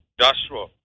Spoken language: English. Joshua